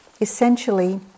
Essentially